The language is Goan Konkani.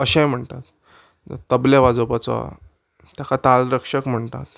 अशेंय म्हणटात तबले वाजोवपाचो ताका तालरक्षक म्हणटात